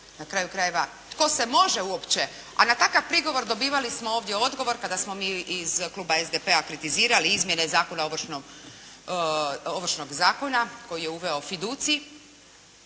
Na kraju krajeva, tko se može uopće, a na takav prigovor dobivali smo ovdje odgovor kada smo mi iz kluba SDP-a kritizirali izmjene zakona, Ovršnog zakona koji je uveo fiducij